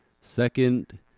second